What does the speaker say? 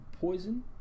poison